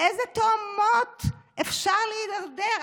לאיזה תהומות אפשר להידרדר?